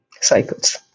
cycles